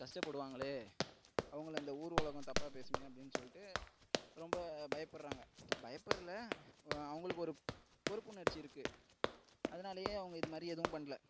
கஷ்டப்படுவாங்களே அவங்கள இந்த ஊர் உலகோம் தப்பாக பேசுமே அப்படின்னு சொல்லிட்டு ரொம்ப பயப்பிட்றாங்க பயப்பிட்ல அவங்களுக்கு ஒரு பொறுப்புணர்ச்சி இருக்கு அதனாலயே அவங்க இது மாதிரி எதுவும் பண்ணல